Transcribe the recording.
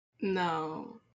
No